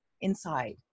inside